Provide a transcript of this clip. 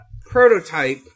prototype